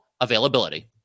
availability